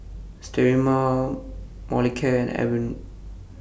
Sterimar Molicare and Avene